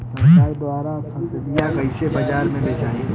सरकार द्वारा फसलिया कईसे बाजार में बेचाई?